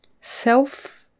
self